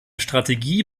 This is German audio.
strategie